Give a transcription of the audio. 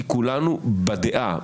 כי כולנו בדעה,